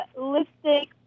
lipstick